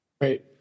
Great